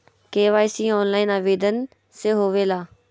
KYC online आवेदन से होवे ला?